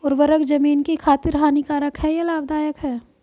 उर्वरक ज़मीन की खातिर हानिकारक है या लाभदायक है?